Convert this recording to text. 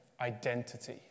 identity